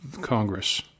Congress